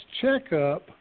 checkup